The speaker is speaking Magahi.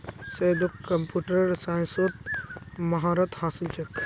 सैयदक कंप्यूटर साइंसत महारत हासिल छेक